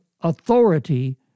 authority